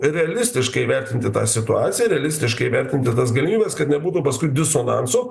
realistiškai vertinti tą situaciją realistiškai vertinti tas galimybes kad nebūtų paskui disonanso